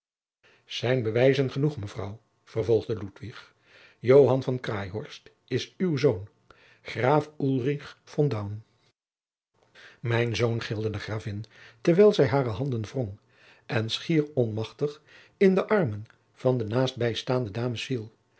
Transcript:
zijn bewijzen genoeg mevrouw vervolgde ludwig joan van craeihorst is uw zoon graaf ulrich von daun mijn zoon gilde de gravin terwijl zij hare handen wrong en schier onmachtig in de armen van de naastbijstaande